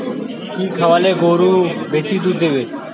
কি খাওয়ালে গরু বেশি দুধ দেবে?